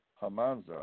Hamanza